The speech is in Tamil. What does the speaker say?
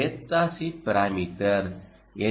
data sheet parameter L